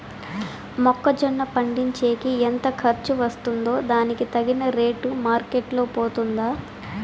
మొక్క జొన్న పండించేకి ఎంత ఖర్చు వస్తుందో దానికి తగిన రేటు మార్కెట్ లో పోతుందా?